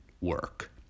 work